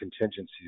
contingencies